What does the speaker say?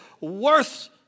worth